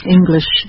English